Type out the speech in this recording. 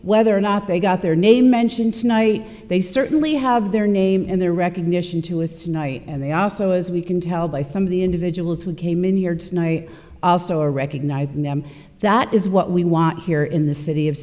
whether or not they got their name mentioned tonight they certainly have their name and their recognition to us tonight and they also as we can tell by some of the individuals who came in here tonight also recognizing them that is what we want here in the city of